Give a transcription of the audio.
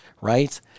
right